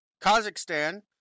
Kazakhstan